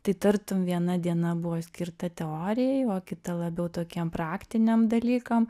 tai tartum viena diena buvo skirta teorijai o kita labiau tokiem praktiniam dalykam